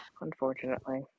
unfortunately